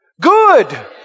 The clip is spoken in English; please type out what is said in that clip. good